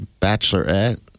Bachelorette